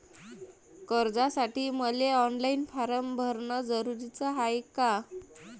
कर्जासाठी मले online form भरन जरुरीच हाय का?